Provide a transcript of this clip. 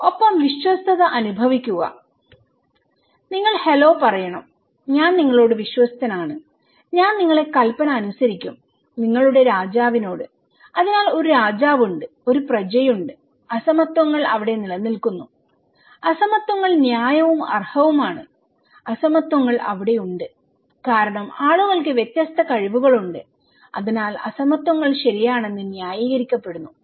ഒപ്പം വിശ്വസ്തത അനുഭവിക്കുക നിങ്ങൾ ഹലോ പറയണം ഞാൻ നിങ്ങളോട് വിശ്വസ്തനാണ് ഞാൻ നിങ്ങളുടെ കൽപ്പന അനുസരിക്കും നിങ്ങളുടെ രാജാവിനോട് അതിനാൽ ഒരു രാജാവുണ്ട് ഒരു പ്രജയുണ്ട് അസമത്വങ്ങൾ അവിടെ നിലനിൽക്കുന്നു അസമത്വങ്ങൾ ന്യായവും അർഹവുമാണ് അസമത്വങ്ങൾ അവിടെയുണ്ട് കാരണം ആളുകൾക്ക് വ്യത്യസ്ത കഴിവുകൾ ഉണ്ട് അതിനാൽ അസമത്വങ്ങൾ ശരിയാണെന്ന് ന്യായീകരിക്കപ്പെടുന്നു